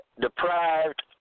deprived